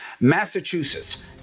Massachusetts